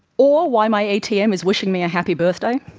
or why my atm is wishing me a happy birthday